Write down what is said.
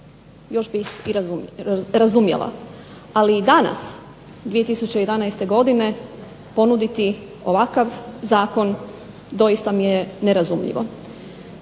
još bi i razumjela. Ali danas 2011. godine ponuditi ovakav zakon doista mi je nerazumljivo.